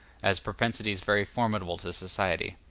as propensities very formidable to society.